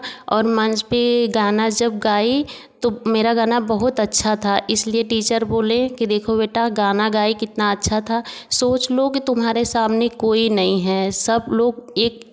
और मंच पर गाना जब गाई तो मेरा गाना बहुत अच्छा था इसलिए टीचर बोले कि देखो बेटा गाना गाई कितना अच्छा था सोच लो की तुम्हारे सामने कोई नहीं है सब लोग एक